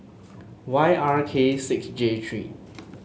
Y R K six J three